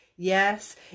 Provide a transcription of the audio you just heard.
Yes